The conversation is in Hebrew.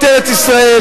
בן-ארי,